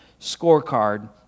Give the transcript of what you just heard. scorecard